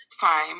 time